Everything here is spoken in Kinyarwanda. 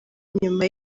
inyuma